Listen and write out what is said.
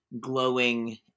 glowing